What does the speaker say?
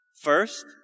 first